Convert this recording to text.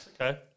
Okay